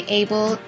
able